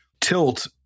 tilt